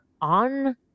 on